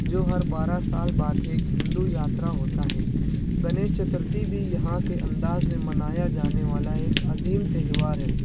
جو ہر بارہ سال بعد ایک ہندو یاترا ہوتا ہے گنیش چترتھی بھی یہاں کے انداز میں منایا جانے والا ایک عظیم تہوار ہے